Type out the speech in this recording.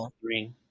three